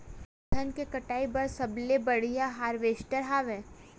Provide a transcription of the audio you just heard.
का धान के कटाई बर सबले बढ़िया हारवेस्टर हवय?